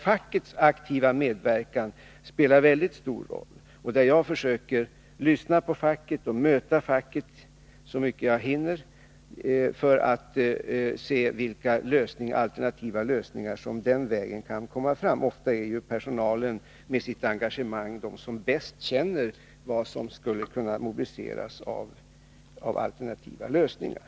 Fackets aktiva medverkan spelar väldigt stor roll. Jag försöker lyssna på facket och möta facket så mycket jag hinner för att se vilka alternativa lösningar som på den vägen kan komma fram. Ofta är det personalen med sitt engagemang som bäst känner vad som skulle kunna mobiliseras av alternativa lösningar.